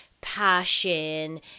passion